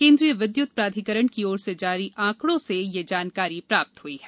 केन्द्रीय विद्युत प्राधिकरण की ओर से जारी आंकड़ों से यह जानकारी मिली है